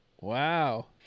Wow